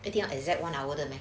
一定要 exact one hour 的 meh